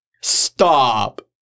Stop